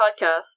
podcast